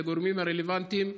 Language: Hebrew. לגורמים הרלוונטיים,